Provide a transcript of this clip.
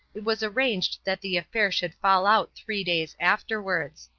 it was arranged that the affair should fall out three days afterwards.